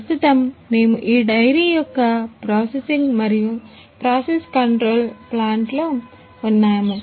ప్రస్తుతం మేము ఈ డైరీ యొక్క ప్రాసెసింగ్ ఉన్నాము